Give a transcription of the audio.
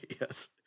Yes